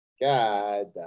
God